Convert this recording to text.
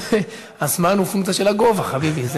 הזמן הוא פונקציה של הגובה, חביבי.